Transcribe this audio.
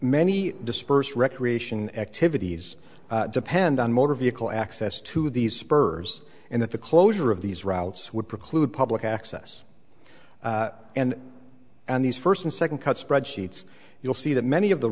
many dispersed recreation activities depend on motor vehicle access to these birds and that the closure of these routes would preclude public access and and these first and second cut spread sheets you'll see that many of the